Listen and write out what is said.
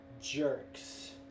jerks